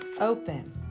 open